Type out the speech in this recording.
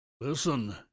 Listen